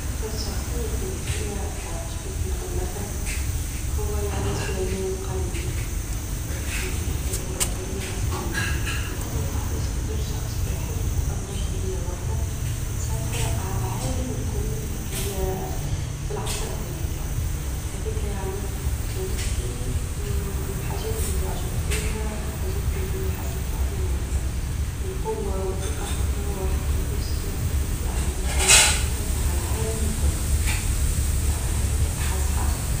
أكثر شخصية تاريخية عجبتني على اللخر هو يعني سليمان القانوني، في الإمبراطورية العثمانية؛ لإنه كيفاش قدر شخص واحد، وإمبراطورية واحدة تسيطر على العالم الكل -في- في العصر هذيك، هذيك يعني كانت لي من الحاجات اللى أعجبت بيها، والحاجات اللي حسيت روحى ملهمة، القوة، والثقة في الروح، كيفاش يعنى خليتك تسيطر علي العالم الكل، هذيك أعز حاجة.